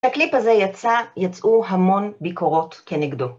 הקליפ הזה יצא, יצאו המון ביקורות כנגדו.